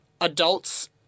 adults